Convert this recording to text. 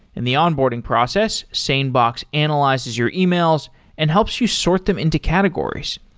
in the onboarding process, sanebox analyzes your emails and helps you sort them into categories.